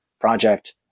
project